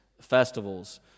festivals